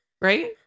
Right